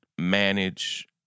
manage